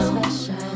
Special